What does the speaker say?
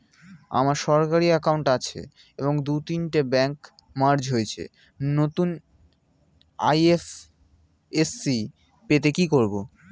আমার সরকারি একাউন্ট আছে এবং দু তিনটে ব্যাংক মার্জ হয়েছে, নতুন আই.এফ.এস.সি পেতে কি করব?